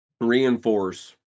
reinforce